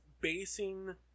basing